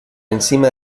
encima